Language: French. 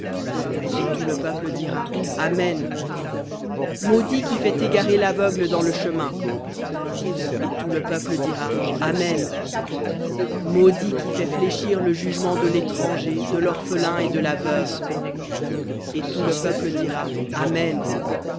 et tout le peuple dira amen maudit qui fait égarer l'aveugle dans le chemin et tout le peuple dira amen maudit qui fait fléchir le jugement de l'étranger de l'orphelin et de la veuve et tout le peuple dira amen